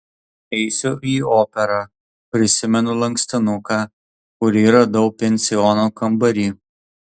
eisiu į operą prisimenu lankstinuką kurį radau pensiono kambary